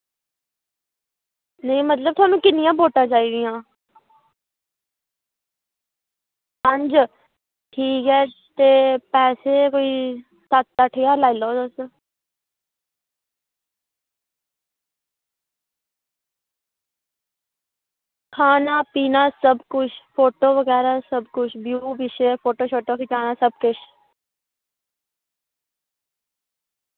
नेंई मतलव तुहानू किन्नियां बोटां चाही दियां पंज ठीक ऐ ते पैसे कोई सत्त अट्ठ ज्हार लाई लैओ तुस हां खाना पीना सब कुश फोटो बगैरा सब कुश ब्यू बगैरा पिच्छें फोटो शोटो खचानें सब कुश